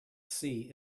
sea